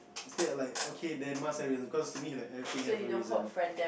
instead I like okay they must have a reason cause to me like everything have a reason